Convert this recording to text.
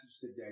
today